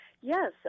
Yes